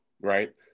Right